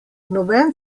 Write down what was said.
noben